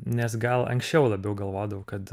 nes gal anksčiau labiau galvodavau kad